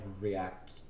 react